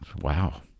Wow